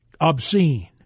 obscene